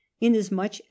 inasmuch